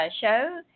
show